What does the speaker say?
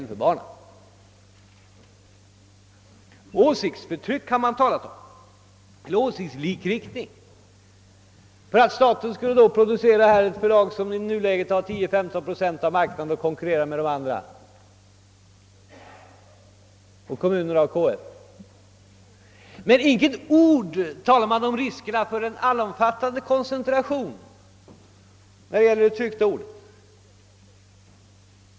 Man har talat om åsiktsförtryck eller åsiktslikriktning därför att staten tillsammans med kommunerna och KF skall driva en förlagsverksamhet som omfattar 10—153 procent av marknaden och konkurrera med de andra förlagen. Men man säger inte ett ord om riskerna för en allomfattande koncentration när det gäller det tryckta ordet.